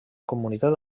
comunitat